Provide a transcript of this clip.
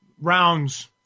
rounds